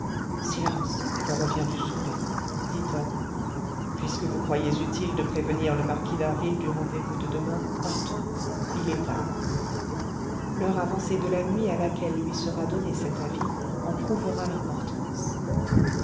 silence on revient du souper dit tom puisque vous croyez utile de prévenir le marquis d'harville du rendez-vous de demain partons il est tard l'heure avancée de la nuit à laquelle lui sera donné cet avis en prouvera l'importance